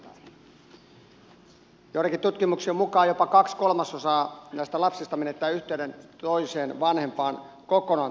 joidenkin tutkimuksien mukaan jopa kaksi kolmasosaa näistä lapsista menettää yhteyden toiseen vanhempaan kokonaan tai osittain